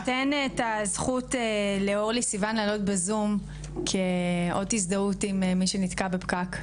אני אתן את הזכות לאורלי סיון לעלות בזום כאות הזדהות עם מי שנתקע בפקק.